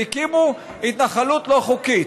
והקימו התנחלות לא חוקית?